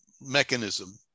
mechanism